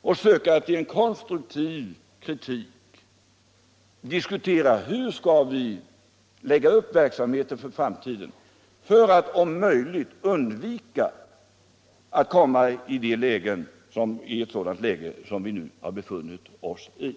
och i konstruktiv kritik diskutera hur vi skall lägga upp verksamheten för framtiden för att om möjligt undvika att komma i ett sådant läge som vi nu har befunnit oss i.